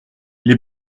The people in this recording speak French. les